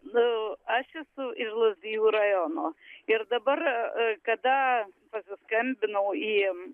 nu aš esu ir lazdijų rajono ir dabar kada pasiskambinau į